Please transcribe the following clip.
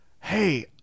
hey